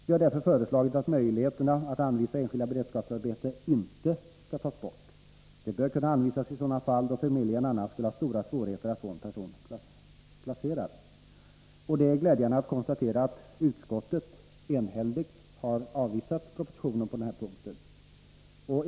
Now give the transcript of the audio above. Vi har därför föreslagit att möjligheterna att anvisa enskilda beredskapsarbeten inte skall tas bort. De bör kunna anvisas i sådana fall då förmedlingen annars skulle ha stora svårigheter att få en person placerad. Det är glädjande att konstatera att utskottet enhälligt avvisat propositionen på denna punkt.